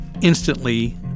instantly